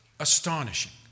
astonishing